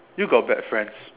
you got bad friends